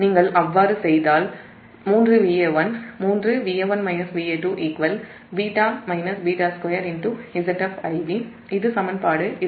நீங்கள் அவ்வாறு செய்தால் 3Va1 3 β β2 Zf Ib இது சமன்பாடு 23